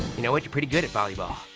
know what? you're pretty good at volleyball.